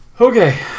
Okay